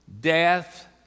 death